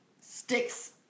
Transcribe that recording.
sticks